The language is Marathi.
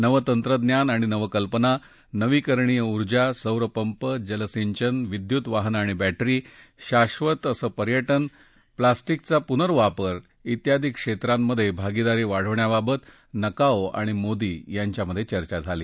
नवं तंत्रज्ञान आणि नवकल्पना नवीकरणीय उर्जा सौर पंप जलसिंचन विद्युत वाहनं आणि बघ्ट्री शाधत पर्यटन प्लास्टिकचा पुनर्वापर त्यादी क्षेत्रांमधे भागीदारी वाढवण्याबाबत नकाओ आणि मोदी यांच्यात चर्चा झाली